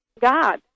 God